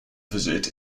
visit